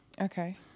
okay